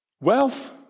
Wealth